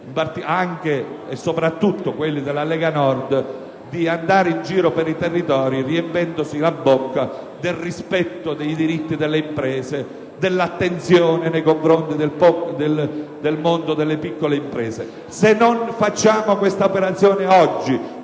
colleghi, soprattutto quelli della Lega Nord) di andare in giro per i territori riempiendosi la bocca del rispetto dei diritti delle imprese, dell'attenzione nei confronti del mondo delle piccole imprese. Se non facciamo questa operazione oggi,